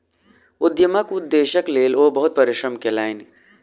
उद्यमक उदेश्यक लेल ओ बहुत परिश्रम कयलैन